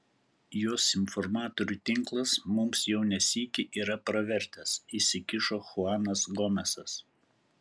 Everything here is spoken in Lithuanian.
jos informatorių tinklas mums jau ne sykį yra pravertęs įsikišo chuanas gomesas